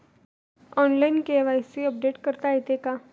Online KYC update करता येते का?